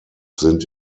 sind